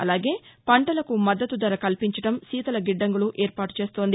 అలాగే పంటలకు మద్గతు ధర కల్పించడం శీతల గిడ్డంగులు ఏర్పాటు చేస్తోంది